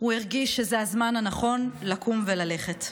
הוא הרגיש שזה הזמן הנכון לקום וללכת.